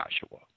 Joshua